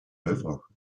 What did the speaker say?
l’œuvre